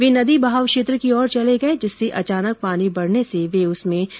वे नदी बहाव क्षेत्र की ओर चल गये जिससे अचानक पानी बढ़ने से वे उसमें डूब गये